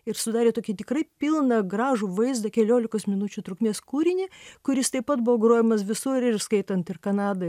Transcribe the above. ir sudarė tokį tikrai pilną gražų vaizdą keliolikos minučių trukmės kūrinį kuris taip pat buvo grojamas visur ir įskaitant ir kanadą